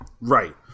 Right